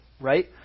right